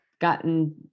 gotten